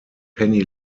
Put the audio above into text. penny